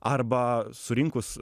arba surinkus